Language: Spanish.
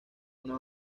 una